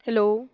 hello